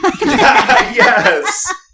Yes